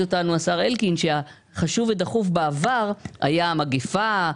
אותנו השר אלקין שהחשוב ודחוף בעבר הייתה המגפה,